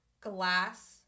glass